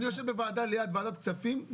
אני יושב בוועדה ליד ועדת הכספים,